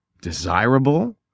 desirable